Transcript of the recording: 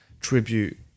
tribute